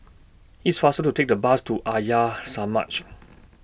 IT IS faster to Take The Bus to Arya Samaj